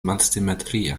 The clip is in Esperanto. malsimetria